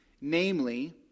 namely